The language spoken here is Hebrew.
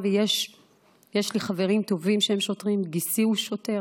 ויש לי חברים טובים שהם שוטרים, גיסי הוא שוטר,